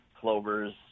clovers